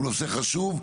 הוא נושא חשוב,